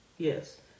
Yes